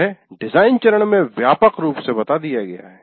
यह डिजाइन चरण में व्यापक रूप से बता दिया गया है